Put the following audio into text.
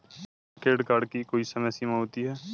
क्या credit card की कोई समय सीमा होती है?